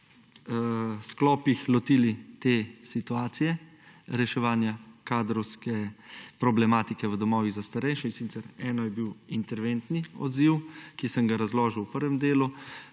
sklopih lotili te situacije reševanja kadrovske problematike v domovih za starejše, in sicer je bil interventni odziv, ki sem ga razložil v prvem delu,